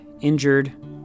injured